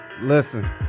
Listen